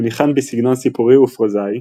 הוא ניחן בסגנון סיפורי ופרוזאי,